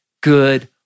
good